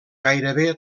gairebé